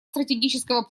стратегического